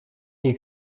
niej